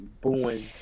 booing